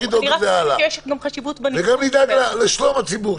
לדאוג לזה הלאה וגם נדאג לשלום הציבור.